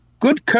Good